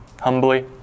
humbly